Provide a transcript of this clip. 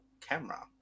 camera